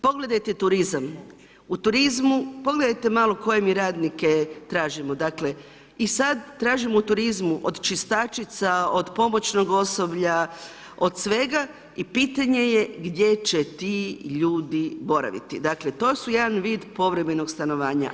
Pogledajte turizam, u turizmu, pogledajte malo koje mi radnike tražimo i sad tražimo u turizmu od čistačica, od pomoćnog osoblja od svega i pitanje je gdje će ti ljudi boraviti, dakle to su jedan vid povremenog stanovanja.